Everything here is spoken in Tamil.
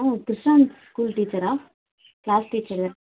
ஆ கிர்ஷாந்த் ஸ்கூல் டீச்சரா க்ளாஸ் டீச்சரு